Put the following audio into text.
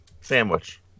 Sandwich